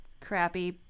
crappy